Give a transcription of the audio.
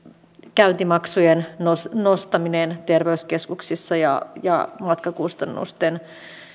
käyntimaksujen nostaminen terveyskeskuksissa ja ja matkakustannusten